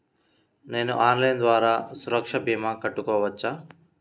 నేను ఆన్లైన్ ద్వారా సురక్ష భీమా కట్టుకోవచ్చా?